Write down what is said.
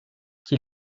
qui